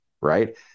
right